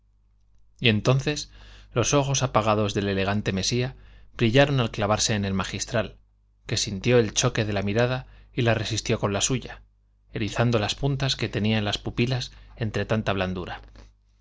y entonces los ojos apagados del elegante mesía brillaron al clavarse en el magistral que sintió el choque de la mirada y la resistió con la suya erizando las puntas que tenía en las pupilas entre tanta blandura a